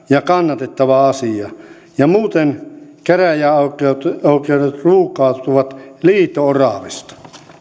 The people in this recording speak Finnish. ja kannatettava asia muuten käräjäoikeudet ruuhkautuvat liito oravista